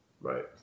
right